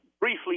Briefly